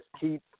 keep